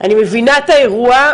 אני מבינה את האירוע,